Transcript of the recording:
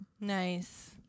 Nice